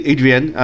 Adrian